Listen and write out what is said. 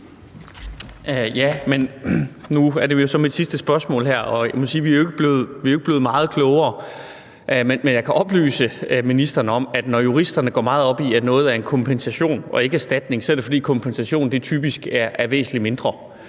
(V): Nu er det vel så mit sidste spørgsmål her, og jeg må sige, at vi jo ikke er blevet meget klogere. Men jeg kan oplyse ministeren om, at når juristerne går meget op i, at noget er en kompensation og ikke er en erstatning, så er det, fordi en kompensation typisk er væsentligt mindre